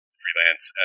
freelance